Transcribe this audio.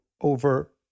over